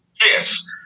Yes